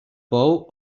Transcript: pou